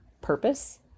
purpose